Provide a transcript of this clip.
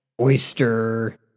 oyster